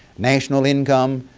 national income,